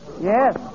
Yes